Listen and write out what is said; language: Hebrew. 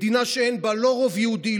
מדינה שאין בה לא רוב יהודי,